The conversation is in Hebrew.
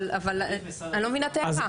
אבל אני לא מבינה את ההערה.